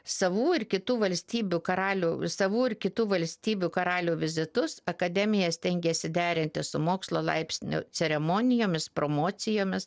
savų ir kitų valstybių karalių savų ir kitų valstybių karalių vizitus akademija stengėsi derinti su mokslo laipsnių ceremonijomis promocijomis